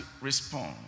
respond